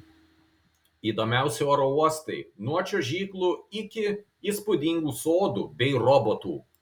įdomiausi oro uostai nuo čiuožyklų iki įspūdingų sodų bei robotų